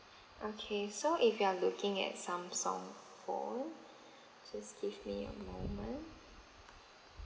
okay so if you are looking at samsung phone just give me a moment